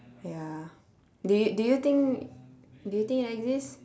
ya do you do you think do you think it exist